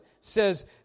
says